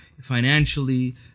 financially